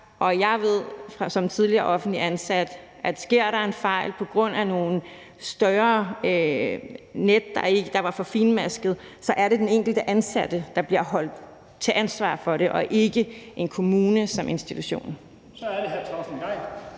ansat, at sker der en fejl på grund af nogle større net, der var for finmaskede, så er det den enkelte ansatte, der bliver stillet til ansvar for det, og ikke en kommune som institution.